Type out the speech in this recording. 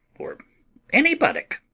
or any buttock.